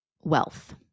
wealth